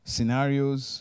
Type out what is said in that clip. Scenarios